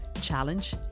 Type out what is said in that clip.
challenge